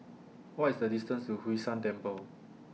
What IS The distance to Hwee San Temple